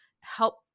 help